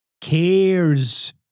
cares